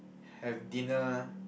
have dinner